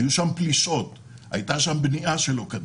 היו שם פלישות, הייתה שם בנייה שלא כדין,